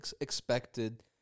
expected